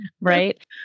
Right